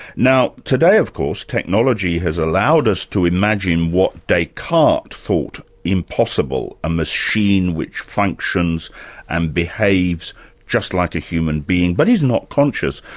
now today, of course, technology has allowed us to imagine what descartes thought impossible, a machine which functions and behaves just like a human being but is not conscious.